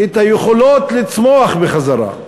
היכולת לצמוח בחזרה.